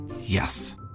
Yes